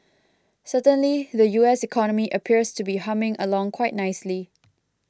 certainly the U S economy appears to be humming along quite nicely